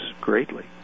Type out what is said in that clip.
greatly